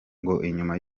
inyuma